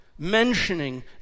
mentioning